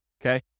okay